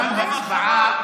הוא חושב שהכנסת של אבא שלו.